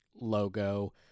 logo